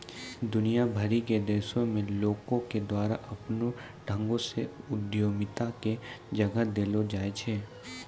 दुनिया भरि के देशो मे लोको के द्वारा अपनो ढंगो से उद्यमिता के जगह देलो जाय छै